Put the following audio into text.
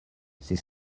c’est